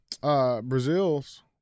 Brazil's